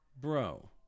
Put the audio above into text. bro